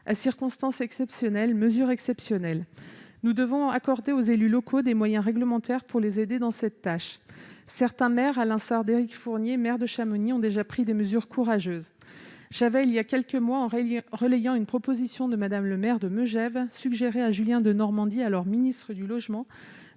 À circonstances exceptionnelles, mesures exceptionnelles : nous devons accorder aux élus locaux des moyens réglementaires pour les aider dans cette tâche. Certains maires, à l'instar d'Éric Fournier, maire de Chamonix, ont déjà pris des mesures courageuses. Relayant une proposition de Mme le maire de Megève, j'ai suggéré il y a quelques mois à Julien Denormandie, alors ministre du logement,